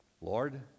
Lord